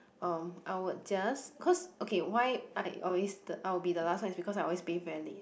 um I would just cause okay why I always the I be the last one because I'll be very late